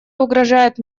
угрожает